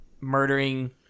murdering